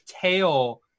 tail